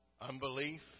unbelief